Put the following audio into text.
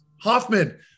Hoffman